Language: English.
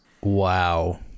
Wow